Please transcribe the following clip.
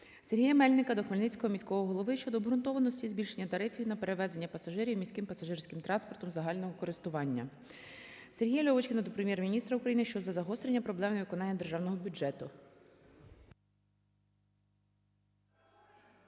Сергія Мельника до Хмельницького міського голови щодо обґрунтованості збільшення тарифів на перевезення пасажирів міським пасажирським транспортом загального користування. Сергія Льовочкіна до Прем'єр-міністра України щодо загострення проблем невиконання державного бюджету.